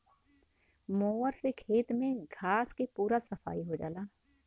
mower से खेत में घास के पूरा सफाई हो जाला